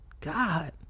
God